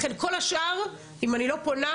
לכן כל השאר - אם אני לא פונה,